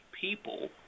people